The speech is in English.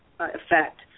effect